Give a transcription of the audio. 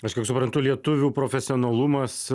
aš kiek suprantu lietuvių profesionalumas